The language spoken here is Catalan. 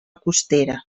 costera